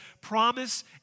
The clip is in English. promise